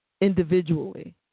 individually